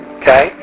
okay